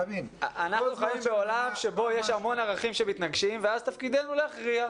אנחנו חיים בעולם בו יש המון ערכים שמתנגשים ואז תפקידנו להכריע.